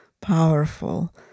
powerful